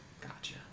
Gotcha